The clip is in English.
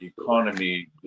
economy